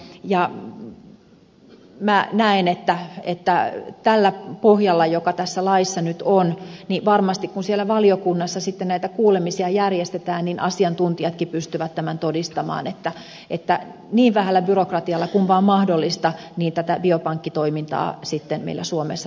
ja minä näen että tällä pohjalla joka tässä laissa nyt on varmasti kun siellä valiokunnassa sitten näitä kuulemisia järjestetään asiantuntijatkin pystyvät tämän todistamaan että niin vähällä byrokratialla kuin vain mahdollista tätä biopankkitoimintaa sitten meillä suomessa tullaan pyörittämään